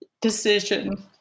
decision